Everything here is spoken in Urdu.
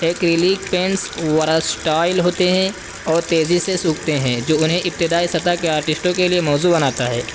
ایکریلیک پینٹس ورسٹائل ہوتے ہیں اور تیزی سے سوکھتے ہیں جو انہیں ابتداء سطح کے آرٹسٹوں کے لیے موزو بناتا ہے